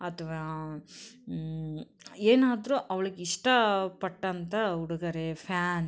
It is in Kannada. ಅಥ್ವಾ ಏನಾದರೂ ಅವ್ಳಿಗೆ ಇಷ್ಟಪಟ್ಟಂಥ ಉಡುಗೊರೆ ಫ್ಯಾನು